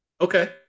Okay